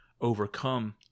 overcome